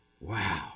Wow